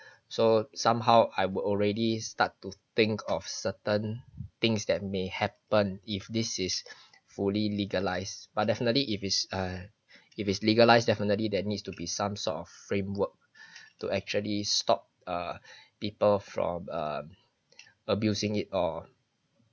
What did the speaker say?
so somehow I would already start to think of certain things that may happen if this is fully legalized but definitely if if err if it's legalized definitely that needs to be some soft framework to actually stop err people from um abusing it all